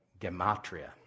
gematria